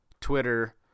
Twitter